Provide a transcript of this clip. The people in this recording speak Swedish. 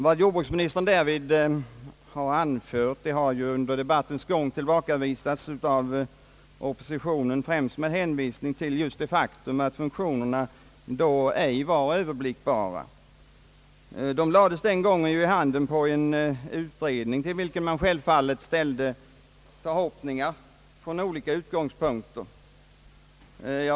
Vad jordbruksministern anfört har ju under debattens gång tillbakavisats av oppositionen, främst med hänvisning till det faktum att de olika funktionerna ej var Överblickbara då principbeslutet fattades. De lades den gången i handen på en utredning, på vilken man självfallet ställde förhoppningar från olika utgångspunkter.